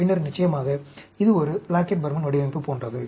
பின்னர் நிச்சயமாக இது ஒரு பிளாக்கெட் பர்மன் வடிவமைப்பு போன்றது